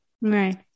Right